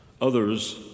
Others